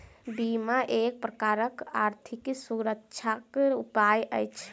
बीमा एक प्रकारक आर्थिक सुरक्षाक उपाय अछि